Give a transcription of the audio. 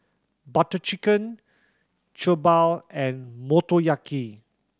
Butter Chicken Jokbal and Motoyaki